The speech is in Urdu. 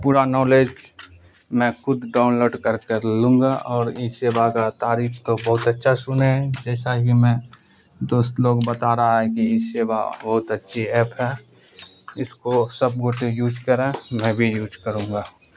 پورا نالج میں کو ڈاؤن لوڈ کر کر لوں گا اور ای سیوا کا تعریف تو بہت اچھا سنے ہیں جیسا ہی میں دوست لوگ بتا رہا ہے کہ ای سیوا بہت اچھی ایپ ہے اس کو سب گوٹے یوز کرا میں بھی یوز کروں گا